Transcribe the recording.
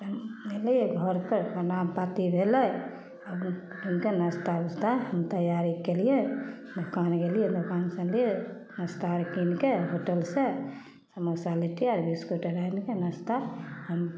तहन अयली घरपर प्रणाम पाँती भेलय आब हुनकर नास्ता उस्ता हम तैयारी कयलियै दोकान गेलियै दोकानसँ अनलियै नास्ता अर कीनके होटलसँ समोसा लिट्टी अर बिस्कुट अर आनिके नस्ता हम